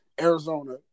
Arizona